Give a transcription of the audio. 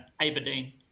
Aberdeen